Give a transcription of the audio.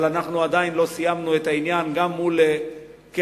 אבל אנחנו עדיין לא סיימנו את העניין גם מול קרן